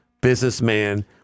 businessman